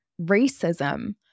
racism